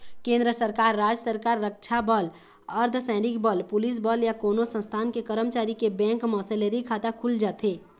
केंद्र सरकार, राज सरकार, रक्छा बल, अर्धसैनिक बल, पुलिस बल या कोनो संस्थान के करमचारी के बेंक म सेलरी खाता खुल जाथे